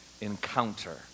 encounter